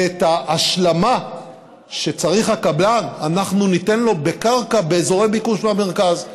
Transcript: ואת ההשלמה שצריך הקבלן אנחנו ניתן לו בקרקע באזורי ביקוש במרכז.